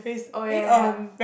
oh ya ya ya